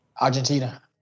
Argentina